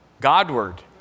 Godward